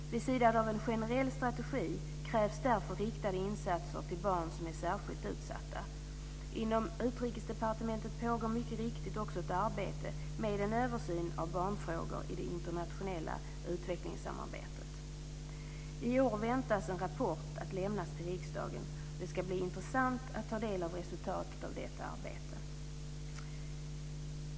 Vid sidan av en generell strategi krävs därför riktade insatser till barn som är särskilt utsatta. Inom Utrikesdepartementet pågår mycket riktigt också ett arbete med en översyn av barnfrågor i det internationella utvecklingssamarbetet. I år väntas en rapport lämnas till riksdagen. Det ska bli intressant att ta del av resultatet av detta arbete.